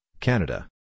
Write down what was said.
Canada